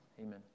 Amen